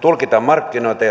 tulkita markkinoita